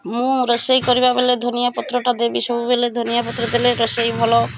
ମୁଁ ରୋଷେଇ କରିବା ବେଳେ ଧନିଆ ପତ୍ରଟା ଦେବି ସବୁବେଳେ ଧନିଆ ପତ୍ର ଦେଲେ ରୋଷେଇ ଭଲ